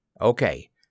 Okay